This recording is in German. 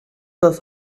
das